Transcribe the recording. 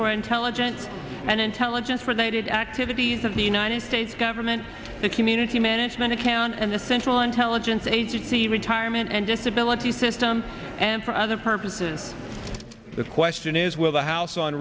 for intelligence and intelligence related activities of the united states government the community management account and the central intelligence agency retirement and disability system and for other purposes the question is will the house on